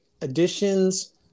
additions